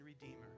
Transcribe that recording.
redeemer